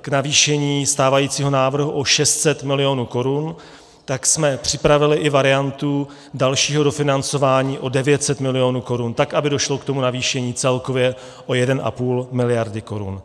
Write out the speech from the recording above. k navýšení stávajícího návrhu o 600 milionů korun, tak jsme připravili i variantu dalšího dofinancování o 900 milionů korun, tak aby došlo k tomu navýšení celkově o 1,5 miliardy korun.